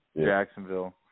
Jacksonville